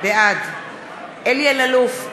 בעד אלי אלאלוף,